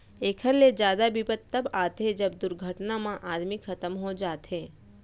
एकर ले जादा बिपत तव आथे जब दुरघटना म आदमी खतम हो जाथे